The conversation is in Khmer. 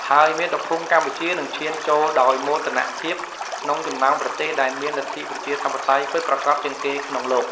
ហើយមាតុភូមិកម្ពុជានឹងឈានចូលដោយមោទនភាពក្នុងចំណោមប្រទេសដែលមានលទ្ធិប្រជាធិបតេយ្យពិតប្រាកដជាងគេក្នុងលោក។